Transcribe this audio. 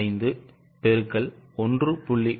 15 X 1